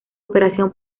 operación